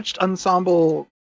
ensemble